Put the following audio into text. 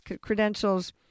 credentials